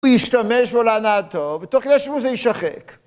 הוא ישתמש בו להנאתו, ותוך כדי שהוא זה יישחק.